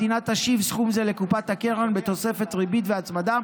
המדינה תשיב סכום זה לקופת הקרן בתוספת ריבית והצמדה.